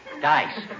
Dice